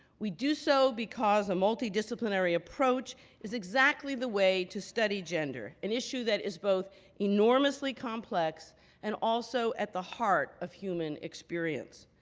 we do so because a multidisciplinary approach is exactly the way to study gender, an issue that is both enormously complex and also at the heart of human experience.